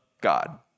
God